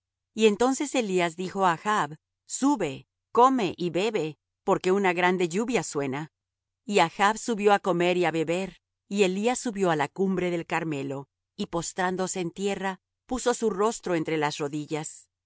y entonces elías dijo á achb sube come y bebe porque una grande lluvia suena y achb subió á comer y á beber y elías subió á la cumbre del carmelo y postrándose en tierra puso su rostro entre las rodillas